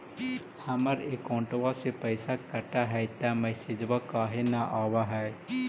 हमर अकौंटवा से पैसा कट हई त मैसेजवा काहे न आव है?